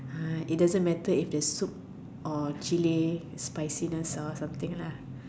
uh it doesn't matter it is soup or chilli or spiciness or something lah